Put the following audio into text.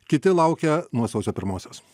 kiti laukia nuo sausio pirmosios